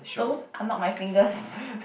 those are not my fingers